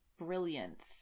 brilliance